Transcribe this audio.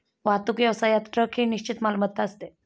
वाहतूक व्यवसायात ट्रक ही निश्चित मालमत्ता असते